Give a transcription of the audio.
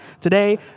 today